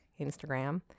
Instagram